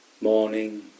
Morning